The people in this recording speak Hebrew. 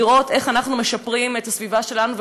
לראות איך אנחנו משפרים את הסביבה שלנו,